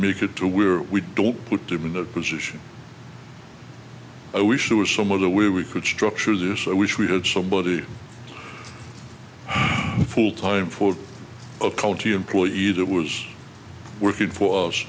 make it to where we don't put them in that position i wish there was some other way we could structure this i wish we had somebody full time for a cultural employee or that was working for us